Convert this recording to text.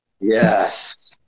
Yes